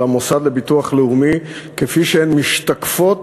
כפי שהן משתקפות